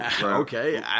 Okay